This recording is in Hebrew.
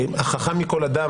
החכם מכל אדם,